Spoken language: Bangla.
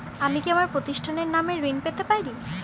আমি কি আমার প্রতিষ্ঠানের নামে ঋণ পেতে পারি?